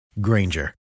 Granger